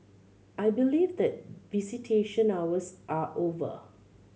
I believe that visitation hours are over